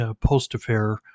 post-affair